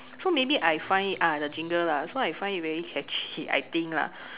so maybe I find ah the jingle lah so I find it very catchy I think lah